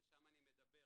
ושם אני מדבר,